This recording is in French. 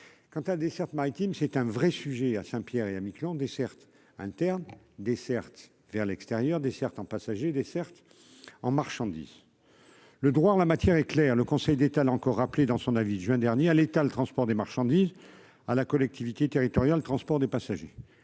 quant à desserte maritime, c'est un vrai sujet à Saint-Pierre et à Miquelon desserte interne dessertes vers l'extérieur des certains passagers des certes en marchandises le droit en la matière est clair : le Conseil d'État l'a encore rappelé dans son avis de juin dernier à l'État, le transport des marchandises à la collectivité territoriale de transport des passagers